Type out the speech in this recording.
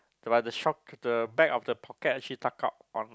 but the back of the pocket actually tuck out